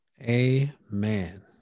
Amen